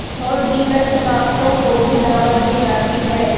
اور دیگر ثقافتوں کو بھی دعوت دی جاتی ہے